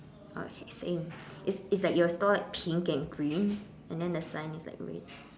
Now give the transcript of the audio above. oh shit same is is like your stall like pink and green and then the sign is like red